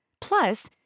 Plus